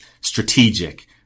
strategic